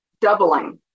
doubling